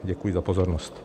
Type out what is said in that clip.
Děkuji za pozornost.